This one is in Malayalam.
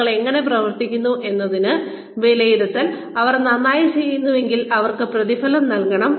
ആളുകൾ എങ്ങനെ പ്രവർത്തിക്കുന്നു എന്നതിന്റെ വിലയിരുത്തൽ അവർ നന്നായി ചെയ്യുന്നുണ്ടെങ്കിൽ അവർക്ക് പ്രതിഫലം നൽകണം